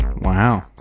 Wow